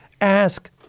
Ask